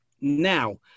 Now